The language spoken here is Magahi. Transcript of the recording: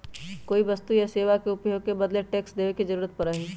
कोई वस्तु या सेवा के उपभोग के बदले टैक्स देवे के जरुरत पड़ा हई